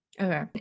Okay